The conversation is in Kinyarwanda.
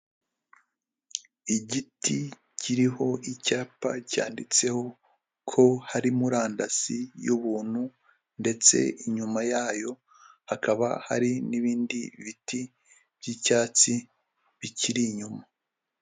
Igiti kiriho icyapa cyanditseho ko hari murandasi y'ubuntu ndetse inyuma yayo, hakaba hari n'ibindi biti by'icyatsi bikiri inyuma.